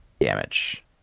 damage